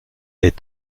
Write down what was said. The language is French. est